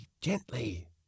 gently